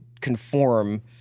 conform